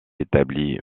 établie